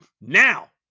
Now